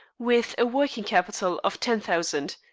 with a working capital of ten thousand